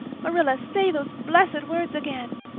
marilla, say those blessed words again.